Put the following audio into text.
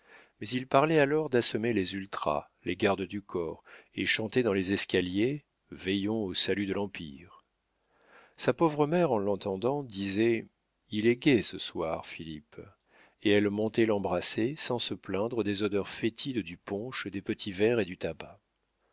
mais il parlait alors d'assommer les ultras les gardes du corps et chantait dans les escaliers veillons au salut de l'empire sa pauvre mère en l'entendant disait il est gai ce soir philippe et elle montait l'embrasser sans se plaindre des odeurs fétides du punch des petits verres et du tabac